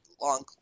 long